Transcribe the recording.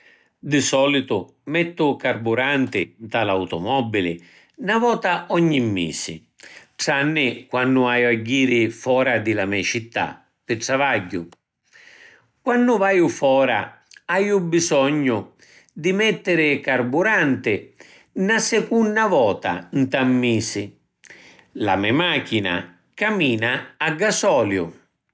Di solitu mettu carburanti nta l’automobili na vota ogni misi tranni quannu aju a jiri fora di la me citta pi travagghiu. Quannu vaiu fora aju bisognu di mettiri carburanti na secunna vota na ‘n misi. La me machina camina a gasoliu.